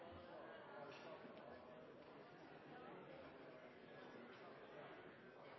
sa,